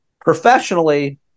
professionally